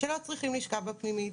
שלא צריכים לשכב בפנימית.